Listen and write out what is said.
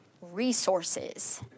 resources